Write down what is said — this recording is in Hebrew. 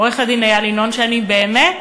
עורך-הדין איל ינון, שאני באמת